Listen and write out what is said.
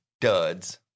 Duds